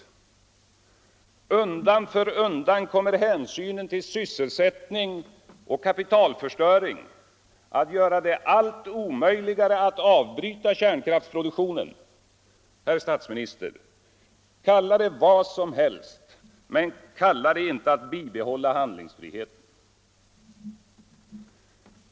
Undan för undan kommer hänsynen till sysselsättning och kapitalförstöring att göra det allt omöjligare att avbryta kärnkraftsproduktionen. Herr statsminister! Kalla det vad som helst, men kalla det inte bibehållen handlingsfrihet!